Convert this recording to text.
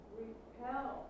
repel